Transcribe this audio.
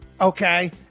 okay